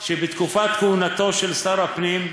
שבתקופת כהונתו של שר הפנים,